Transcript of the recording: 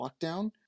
lockdown